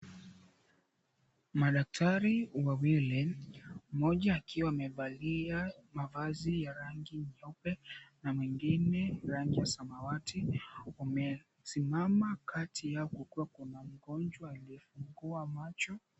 Madaktari wawili, mmoja akiwa amevalia mavazi ya rangi nyeupe na mwingine rangi ya samawati wamesimama kati yao kukiwa kuna mgonjwa aliyefungua macho.